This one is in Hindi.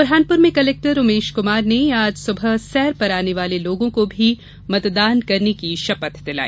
बुरहानपुर में कलेक्टर उमेश कुमार ने आज सुबह सैर पर आने वाले लोगों को भी मतदान करने की शपथ दिलाई